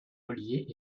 ollier